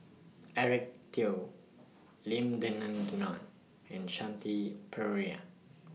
Eric Teo Lim Denan Denon and Shanti Pereira